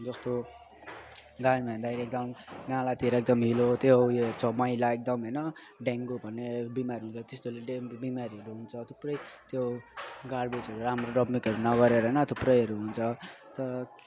जस्तो गाडीमा हिँड्दाखेरि नालातिर एकदम हिलो त्यो उयो मैला एकदम होइन डेङ्गु भन्ने बिमार हुन्छ त्यस्तोले डेङ्गु बिमारीहरू हुन्छ थुप्रै त्यो गार्बेजहरू राम्रो डम्पिङहरू नगरेर होइन थुप्रैहरू हुन्छ तर